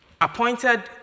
appointed